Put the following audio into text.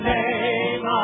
name